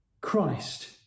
Christ